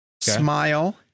Smile